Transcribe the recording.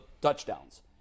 touchdowns